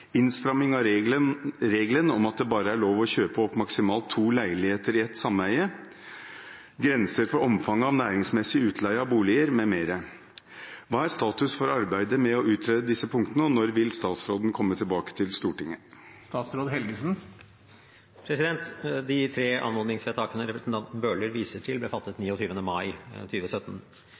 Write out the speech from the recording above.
om at det bare er lov å kjøpe opp maksimalt to leiligheter i ett sameie, grenser for omfanget av næringsmessig utleie av boliger m.m. Hva er status for arbeidet med å utrede disse punktene, og når vil statsråden komme tilbake til Stortinget?» De tre anmodningsvedtakene representanten Bøhler viser til, ble fattet 29. mai